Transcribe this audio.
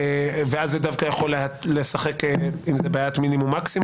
ואז זה דווקא יכול לשחק אם זה בעיית מינימום-מקסימום,